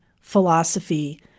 philosophy